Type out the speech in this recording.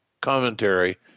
commentary